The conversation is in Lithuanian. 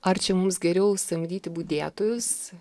ar čia mums geriau samdyti budėtojus